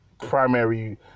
primary